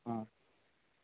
ఆ